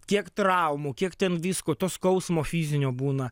kiek traumų kiek ten visko to skausmo fizinio būna